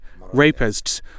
rapists